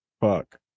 Fuck